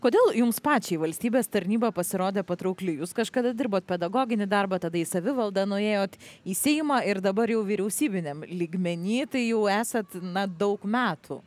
kodėl jums pačiai valstybės tarnyba pasirodė patraukli jūs kažkada dirbot pedagoginį darbą tada į savivaldą nuėjot į seimą ir dabar jau vyriausybiniam lygmeny tai jau esat na daug metų